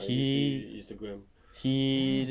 he he